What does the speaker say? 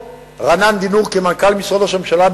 רענן דינור כמנכ"ל משרד ראש הממשלה,